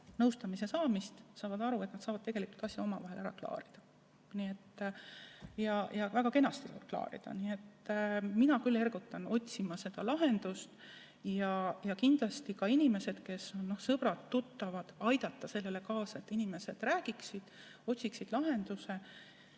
nõustamist saavad aru, et nad saavad tegelikult ise asja omavahel ära klaarida. Väga kenasti klaarida. Nii et mina küll ergutan otsima lahendust ja kindlasti ka inimesed, kes on sõbrad-tuttavad, võiksid aidata sellele kaasa, et inimesed räägiksid ja otsiksid lahendusi,